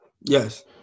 Yes